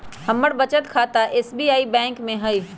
हमर बचत खता एस.बी.आई बैंक में हइ